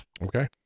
okay